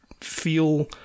feel